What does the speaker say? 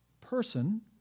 person